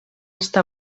està